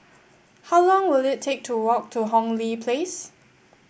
how long will it take to walk to Hong Lee Place